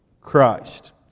Christ